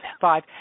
Five